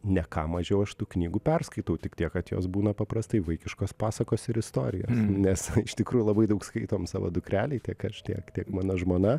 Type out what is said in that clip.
ne ką mažiau aš tų knygų perskaitau tik tiek kad jos būna paprastai vaikiškos pasakos ir istorijos nes iš tikrųjų labai daug skaitom savo dukrelei tiek aš tiek tiek mano žmona